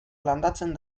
landatzen